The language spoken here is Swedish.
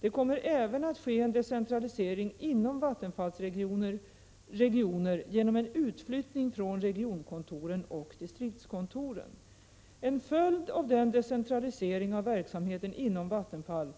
Det kommer även att ske en decentralisering inom Vattenfalls regioner genom en utflyttning från regionkontoren och distriktskontoren. En följd av den decentralisering av verksamheten inom Vattenfall